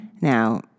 Now